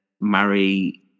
marry